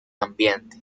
ambiente